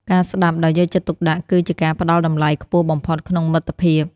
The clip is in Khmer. ការស្ដាប់ដោយយកចិត្តទុកដាក់ គឺជាការផ្ដល់តម្លៃខ្ពស់បំផុតក្នុងមិត្តភាព។